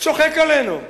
צוחק עלינו,